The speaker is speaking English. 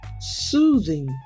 soothing